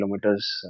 kilometers